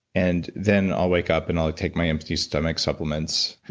and then i'll wake up and i'll take my empty stomach supplements.